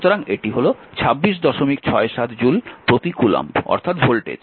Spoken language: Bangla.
সুতরাং এটি হল 2667 জুল প্রতি কুলম্ব অর্থাৎ ভোল্টেজ